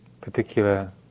particular